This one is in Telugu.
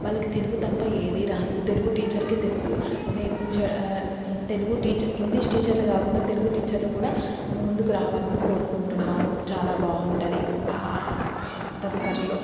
వాళ్ళకి తెలుగు తప్ప ఏది రాదు తెలుగు టీచర్కి తెలుగు నేర్పించ తెలుగు టీచర్లు ఇంగ్లిష్ టీచర్లు కాకుండా తెలుగు టీచర్లు కూడా ముందుకు రావాలని కోరుకుంటున్నాను చాలా బాగుంటుంది తదుపరిలో